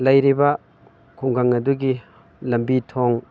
ꯂꯩꯔꯤꯕ ꯈꯨꯡꯒꯪ ꯑꯗꯨꯒꯤ ꯂꯝꯕꯤ ꯊꯣꯡ